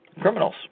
criminals